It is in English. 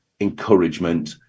encouragement